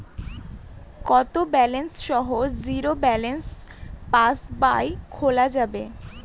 কত ব্যালেন্স সহ zero balance পাসবই খোলা যাবে?